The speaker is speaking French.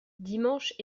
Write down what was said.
dimanche